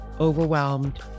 overwhelmed